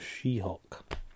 She-Hulk